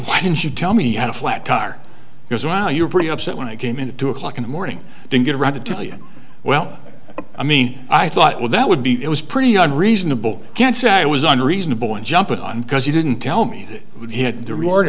why didn't you tell me you had a flat tire because while you were pretty upset when i came in at two o'clock in the morning didn't get around to tell you well i mean i thought well that would be it was pretty i'm reasonable can't say i was unreasonable and jumped on because he didn't tell me that he had the reward